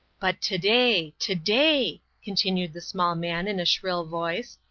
but today, today, continued the small man in a shrill voice.